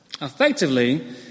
Effectively